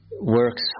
works